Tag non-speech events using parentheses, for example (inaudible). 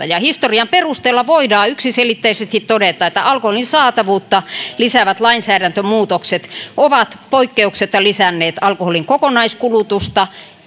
(unintelligible) ja historian perusteella voidaan yksiselitteisesti todeta että alkoholin saatavuutta lisäävät lainsäädäntömuutokset ovat poikkeuksetta lisänneet alkoholin kokonaiskulutusta